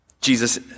Jesus